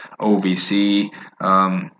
OVC